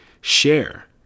share